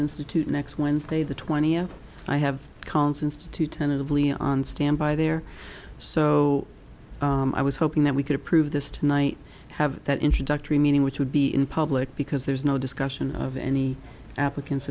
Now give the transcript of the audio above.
institute next wednesday the twentieth i have constance to tentatively on standby there so i was hoping that we could approve this tonight have that introductory meeting which would be in public because there's no discussion of any applicants